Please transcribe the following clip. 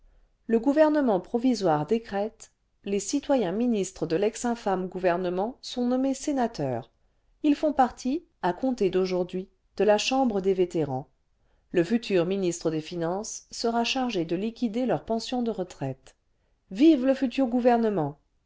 le gouvernement provisoire décrète les citoyens ministres de lex infame gouvernement sont nommés sénateurs ils font partie à compter d'aujourd'hui de la chambre des vétérans le futur ministre des finances sera chargé de liquider leur pension de retraite vive le futur gouvernement